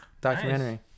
documentary